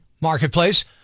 marketplace